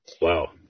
Wow